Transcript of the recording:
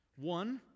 One